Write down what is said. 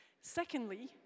Secondly